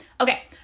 Okay